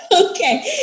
Okay